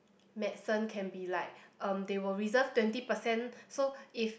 medicine can be like um they will reserve twenty percent so if